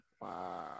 Wow